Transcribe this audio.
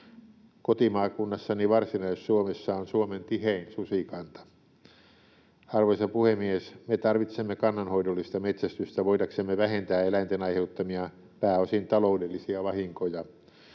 Kotimaakunnassani Varsinais-Suomessa on Suomen tihein susikanta. Arvoisa puhemies! Me tarvitsemme kannanhoidollista metsästystä voidaksemme vähentää eläinten aiheuttamia pääosin taloudellisia vahinkoja.